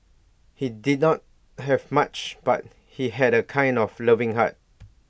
he did not have much but he had A kind of loving heart